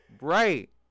right